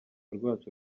rwacu